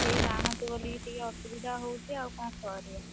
କେହି ନାହାନ୍ତି ବୋଲିକି ଟିକେ ଅସୁବିଧା ହେଉଛି ଆଉ କ'ଣ କରିବା